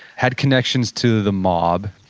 had connections to the mob.